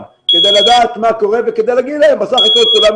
כי לדעת מה קורה וכדי להגיד להם כי בסך הכול כולנו